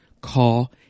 call